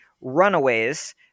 runaways